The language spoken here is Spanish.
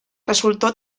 resultó